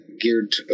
geared